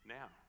now